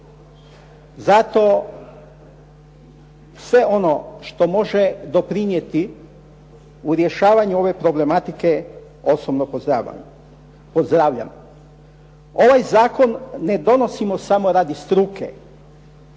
Zato sve ono što može doprinijeti u rješavanju ove problematike osobno pozdravljam. Ovaj zakon ne donosimo samo radi struke